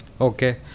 Okay